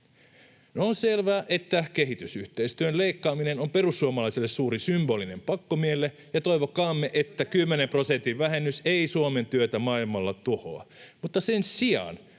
On selvää, että kehitysyhteistyön leikkaaminen on perussuomalaisille suuri symbolinen pakkomielle, ja toivokaamme, että 10 prosentin vähennys ei Suomen työtä maailmalla tuhoa, mutta sen sijaan